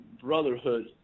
brotherhood